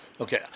Okay